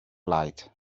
light